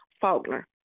Faulkner